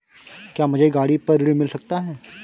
क्या मुझे गाड़ी पर ऋण मिल सकता है?